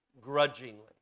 grudgingly